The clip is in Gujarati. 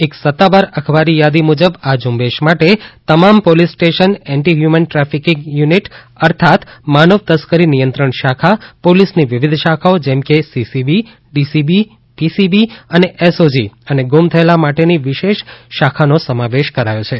એક સત્તાવાર અખબારી યાદી મુજબ આ ઝુંબેશ માટે તમામ police station anti human trafficking unit અર્થાત માનવ તસ્કરી નિયંત્રણ શાખા પોલીસની વિવિધ શાખાઓ જેમ કે સીસીબી ડીસીબી પીસીબી અને એસઓજી અને ગુમ થયેલા માટેની વિશેષ શાખાનો સમાવેશ કરાયો છે